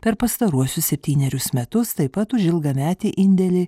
per pastaruosius septynerius metus taip pat už ilgametį indėlį